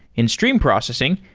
in stream processing,